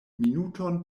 minuton